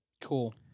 Cool